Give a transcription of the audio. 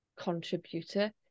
contributor